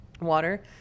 water